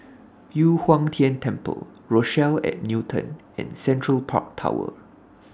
Yu Huang Tian Temple Rochelle At Newton and Central Park Tower